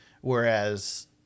whereas